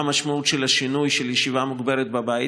המשמעות של השינוי של ישיבה מרובה בבית,